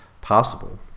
possible